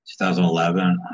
2011